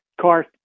car